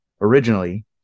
originally